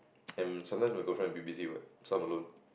and sometimes my girlfriend a bit busy what so I'm alone